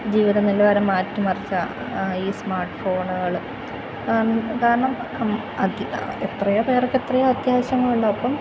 ജീവിതനിലവാരം മാറ്റിമറിച്ച ഈ സ്മാർട്ട് ഫോണുകൾ കാരണം എത്രയോ പേർ എത്രയോ അത്യാവശ്യങ്ങളുണ്ട് അപ്പം